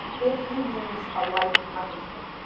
if you use a light microscope.